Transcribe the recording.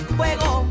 fuego